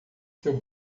seu